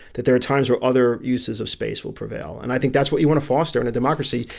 that there are times where other uses of space will prevail. and i think that's what you want to foster in a democracy,